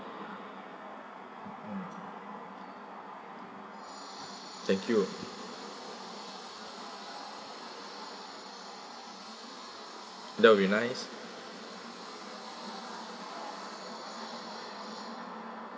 mm thank you that'll be nice